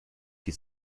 die